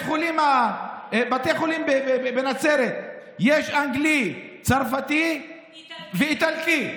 בתי החולים בנצרת, יש אנגלי, צרפתי ואיטלקי.